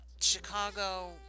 Chicago